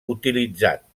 utilitzat